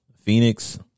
Phoenix